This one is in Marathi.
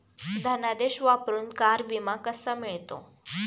धनादेश वापरून कार विमा कसा मिळतो?